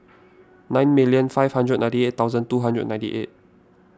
nine million five hundred ninety eight thousand two hundred and ninety eight